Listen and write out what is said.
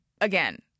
Again